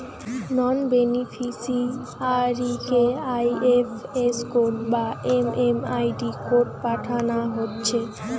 নন বেনিফিসিয়ারিকে IFS code বা MMID code পাঠানা হচ্ছে